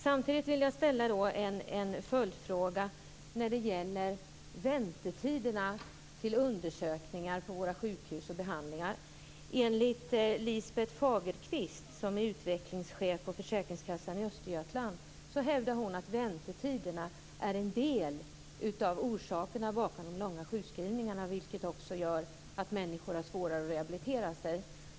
Samtidigt vill jag ställa en följdfråga när det gäller väntetiderna till undersökningar på våra sjukhus och för behandlingar. Enligt Lisbeth Fagerkvist, som är utvecklingschef på Försäkringskassan i Östergötland, är väntetiderna en del av orsaken till de långa sjukskrivningarna, vilket också gör att människor har svårare att rehabilitera sig.